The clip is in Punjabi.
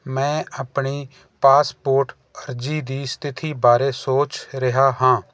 ਮੈਂ ਆਪਣੀ ਪਾਸਪੋਰ੍ਟ ਅਰਜ਼ੀ ਦੀ ਸਥਿਤੀ ਬਾਰੇ ਸੋਚ ਰਿਹਾ ਹਾਂ